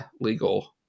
legal